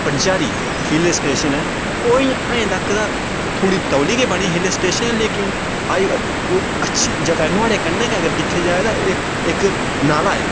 पंचैरी hill station ऐ ओह् इ'यां ऐहीं तक तां थोह्ड़ी तौली गै बनी हिल स्टेशन लेकिन आई ओह् अच्छी जगह् ऐ नुहाड़े कन्नै गै अगर दिक्खेआ जाए तां इक नाला ऐ